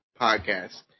podcast